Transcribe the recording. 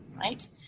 Right